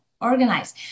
Organize